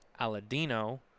aladino